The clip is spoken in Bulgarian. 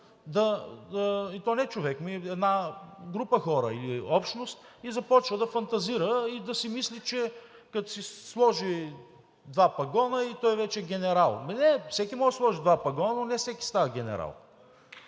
и то не човек, ами една група хора или общност, фантазира и да си мисли, че като си сложи два пагона и вече е генерал. Ами не е! Всеки може да си сложи два пагона, но не всеки става генерал.